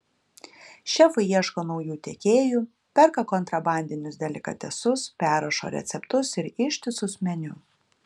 šefai ieško naujų tiekėjų perka kontrabandinius delikatesus perrašo receptus ir ištisus meniu